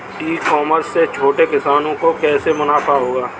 ई commerce से छोटे किसानों को कैसे मुनाफा होगा?